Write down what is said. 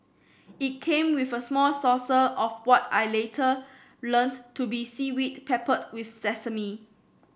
it came with a small saucer of what I later learns to be seaweed peppered with sesame